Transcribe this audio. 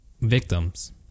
victims